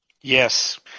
Yes